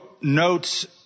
notes